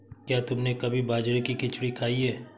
क्या तुमने कभी बाजरे की खिचड़ी खाई है?